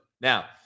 Now